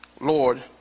Lord